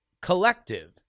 collective